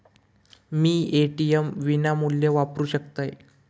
मी ATM विनामूल्य वापरू शकतय?